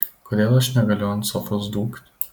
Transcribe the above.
kodėl aš negaliu ant sofos dūkt